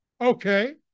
Okay